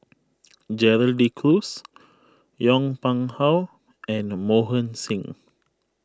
Gerald De Cruz Yong Pung How and Mohan Singh